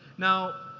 now,